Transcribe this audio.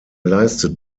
leistet